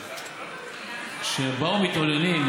כשבאו מתלוננים,